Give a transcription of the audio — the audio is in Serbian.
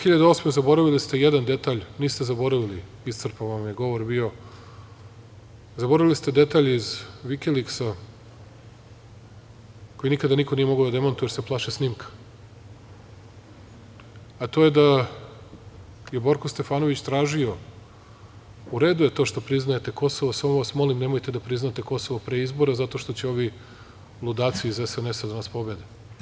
Te 2008. godine, zaboravili ste jedan detalj, niste zaboravili, iscrpan vam je govor bio, zaboravili ste detalj iz Vikiliksa, koji nikada niko mogao da demantuje, jer se plaše snimka, a to je da je Borko Stefanović tražio, u redu je to što priznajete Kosovo, samo vas molim nemojte da priznate Kosovo pre izbora, zato što će ovi ludaci iz SNS, da nas pobede.